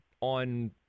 on